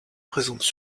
présentent